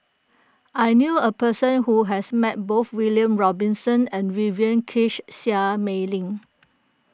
I knew a person who has met both William Robinson and Vivien Quahe Seah Mei Lin